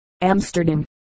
Amsterdam